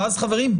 ואז חברים,